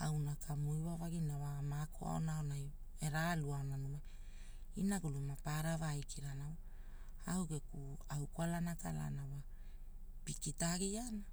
auna kamu iwa vagina wa amaako aona aonai era alu aona, inagulu mapara ava aikirana wa au geku au kwalana akalana wa, pikita agiana